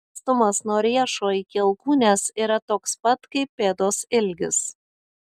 atstumas nuo riešo iki alkūnės yra toks pat kaip pėdos ilgis